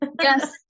Yes